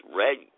red